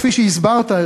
כפי שהסברת,